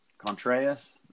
Contreras